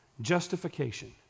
Justification